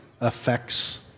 affects